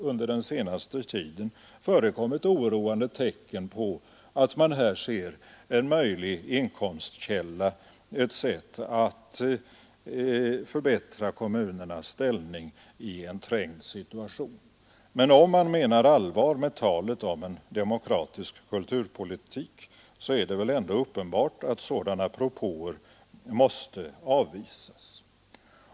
Under den senaste tiden har det förekommit oroande tecken på att man här ser en möjlig inkomstkälla, ett sätt att förbättra kommunernas ställning i en trängd situation. Men om man menar allvar med kravet på en demokratisk kulturpolitik är det väl ändå uppenbart att sådana propåer måste avvisas.